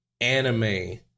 anime